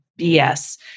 BS